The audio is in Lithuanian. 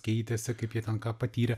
keitėsi kaip jie ten ką patyrė